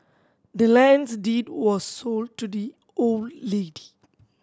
the land's deed was sold to the old lady